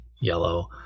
yellow